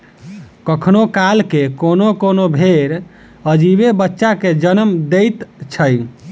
कखनो काल क कोनो कोनो भेंड़ अजीबे बच्चा के जन्म दैत छै